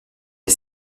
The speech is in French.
des